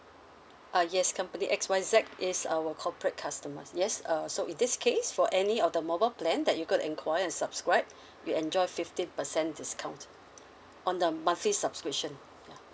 uh yes company X Y Z is our corporate customers yes uh so in this case for any of the mobile plan that you going to acquire and subscribe you enjoy a fifteen percent discount on the monthly subscription ya